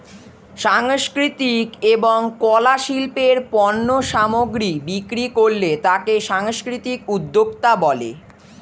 সাংস্কৃতিক এবং কলা শিল্পের পণ্য সামগ্রী বিক্রি করলে তাকে সাংস্কৃতিক উদ্যোক্তা বলে